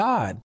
God